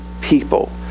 people